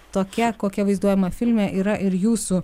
tokia kokia vaizduojama filme yra ir jūsų